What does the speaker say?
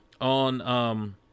on